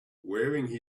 wearing